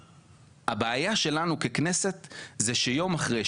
הבעיה שלנו ככנסת זה שיום אחרי,